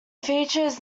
features